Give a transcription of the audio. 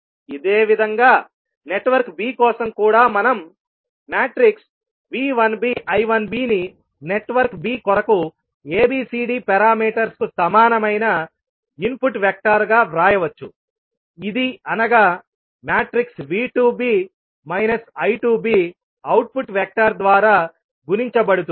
అదేవిధంగా network b కోసం కూడా మనం V1b I1b ని నెట్వర్క్b కొరకు ABCD పారామీటర్స్ కు సమానమైన ఇన్పుట్ వెక్టర్గా వ్రాయవచ్చు ఇది అనగా V2b I2b అవుట్పుట్ వెక్టర్ ద్వారా గుణించబడుతుంది